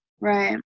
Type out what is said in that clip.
Right